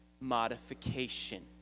modification